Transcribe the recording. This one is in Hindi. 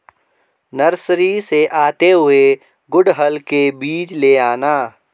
नर्सरी से आते हुए गुड़हल के बीज ले आना